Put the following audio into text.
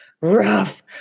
rough